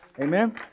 Amen